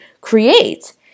create